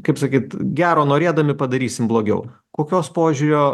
kaip sakyt gero norėdami padarysim blogiau kokios požiūrio